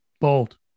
Bold